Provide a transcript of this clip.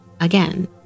again